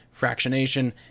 fractionation